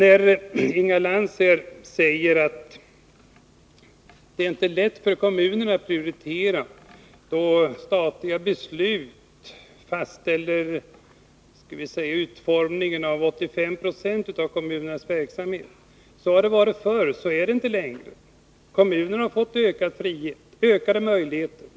Inga Lantz sade att det inte är lätt för kommunerna att prioritera, eftersom statliga beslut fastställer utformningen av — skall vi säga — 85 70 av kommunernas verksamhet. Så har det varit förr, men så är det inte längre. Kommunerna har fått ökad frihet, ökade möjligheter.